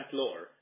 lower